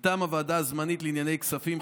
מטעם הוועדה הזמנית לענייני כספים,